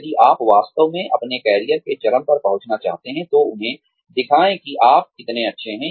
यदि आप वास्तव में अपने करियर के चरम पर पहुँचना चाहते हैं तो उन्हें दिखाएं कि आप कितने अच्छे हैं